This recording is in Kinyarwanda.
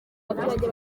abaturage